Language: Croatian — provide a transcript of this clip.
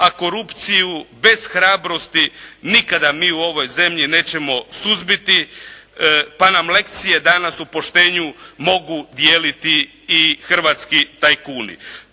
a korupciju bez hrabrosti nikada mi u ovoj zemlji nećemo suzbiti pa nam lekcije danas o poštenju mogu dijeliti i hrvatski tajkuni.